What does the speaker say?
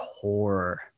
core